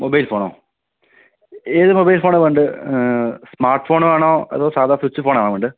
mobile ഫോണോ ഏത് mobile ഫോണാ വേണ്ടേ സ്മാർട്ട് ഫോണ് വേണോ അതോ സാധാ സ്വിച്ച് ഫോണോ വേണ്ടേ